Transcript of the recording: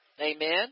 Amen